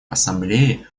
ассамблеи